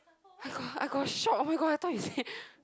I got I got shock oh-my-god I thought you say